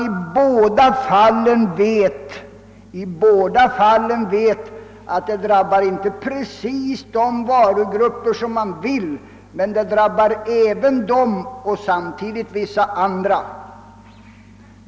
I båda fallen vet man visserligen att åtgärderna inte drabbar uteslutande de varugrupper, som man vill skall drabbas, men de drabbar vissa av dessa grupper samtidigt som de drabbar andra.